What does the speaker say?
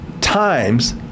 times